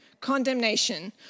condemnation